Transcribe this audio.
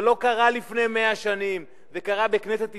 זה לא קרה לפני 100 שנים, זה קרה בכנסת ישראל.